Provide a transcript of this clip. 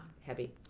heavy